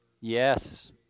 Yes